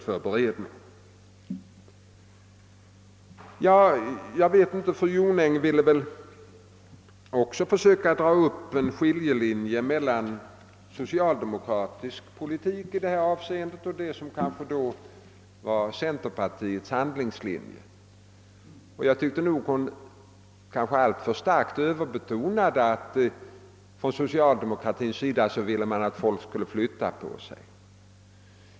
Fru Jonäng ville också försöka att dra upp en skiljelinje mellan socialdemokratisk politik och centerpartiets handlingslinje. Jag tycker nog att hon överbetonade att socialdemokraterna vill att folk skall flytta.